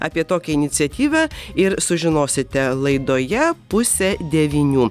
apie tokią iniciatyvą ir sužinosite laidoje pusę devynių